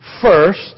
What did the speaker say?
first